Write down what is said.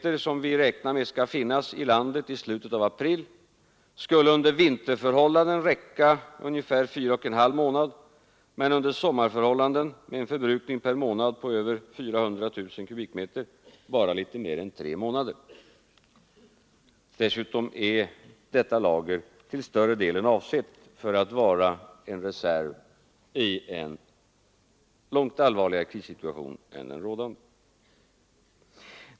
som vi räknar med skall finnas i landet i slutet av april skulle under vinterförhållanden räcka ungefär fyra och en halv månad, men under sommarförhållanden, med en förbrukning per månad på över 400 000 m?, bara litet mer än tre månader. Dessutom är detta lager till större delen avsett att vara en reserv i en långt allvarligare krissituation än den rådande.